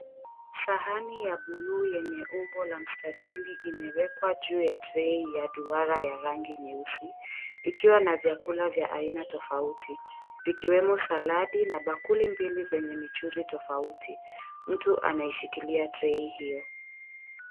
Sahani ya buluu yenye umbo la mstatili imewekwa juu ya trei ya duara ya rangi nyeusi ikiwa na vyakula vya aina tofauti vikiwemo saladi na bakuli mbili zenye michuzi tofauti. Mtu anaishikilia trei hiyo.